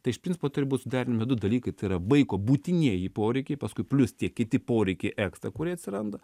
tai iš principo turi būt suderinami du dalykai tai yra vaiko būtinieji poreikiai paskui plius tie kiti poreikiai ekstra kurie atsiranda